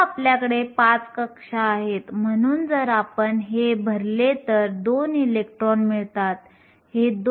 मूल्ये पाहण्यासाठी आपण सिलिकॉनच्या गतिशीलतेची तुलना इतर अर्धसंवाहकांशी करू शकतो